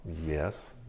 Yes